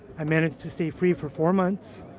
i managed to stay free for four months,